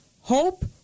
Hope